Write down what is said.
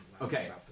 Okay